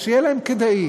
שיהיה להם כדאי,